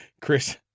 Chris